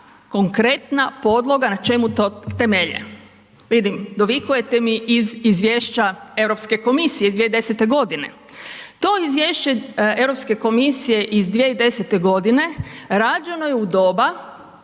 konkretna podloga na čemu to temelje. Vidim, dovikujete mi iz izvješća Europske komisije iz 2010.g. To izvješće Europske komisije iz 2010.g. rađeno je u doba